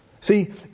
See